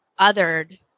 othered